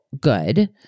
good